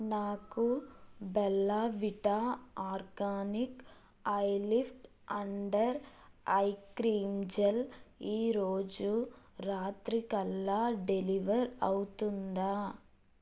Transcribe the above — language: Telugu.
నాకు Bella Vita organic eye lift under eye cream gel ఈరోజు రాత్రికల్లా డెలివర్ అవుతుందా